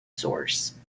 source